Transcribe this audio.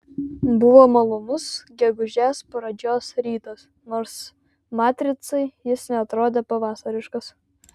buvo malonus gegužės pradžios rytas nors matricai jis neatrodė pavasariškas